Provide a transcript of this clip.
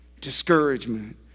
Discouragement